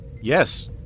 yes